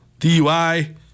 DUI